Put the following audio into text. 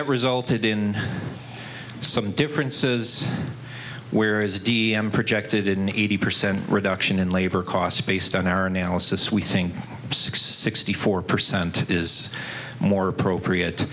that resulted in some differences where is d m projected an eighty percent reduction in labor costs based on our analysis we think six sixty four percent is more appropriate